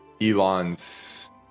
Elon's